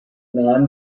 non